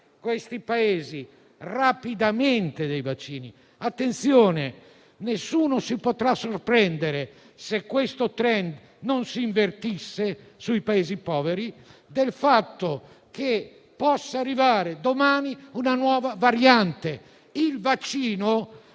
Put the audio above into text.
questi Paesi dei vaccini. Attenzione: nessuno si potrà sorprendere, se questo *trend* non si invertisse nei Paesi poveri, del fatto che possa arrivare domani una nuova variante. Il vaccino